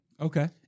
Okay